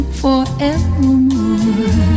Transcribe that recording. forevermore